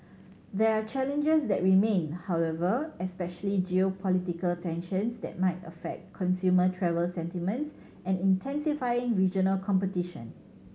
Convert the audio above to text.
there are challenges that remain however especially geopolitical tensions that might affect consumer travel sentiments and intensifying regional competition